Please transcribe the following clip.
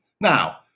Now